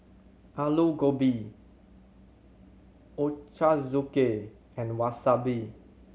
Alu Gobi Ochazuke and Wasabi